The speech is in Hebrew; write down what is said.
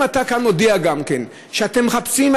אם אתה כאן מודיע גם שאתם מחפשים,